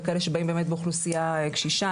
וכאלה שבאים באמת באוכלוסייה קשישה,